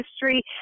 history